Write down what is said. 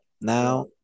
Now